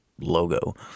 logo